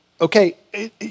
okay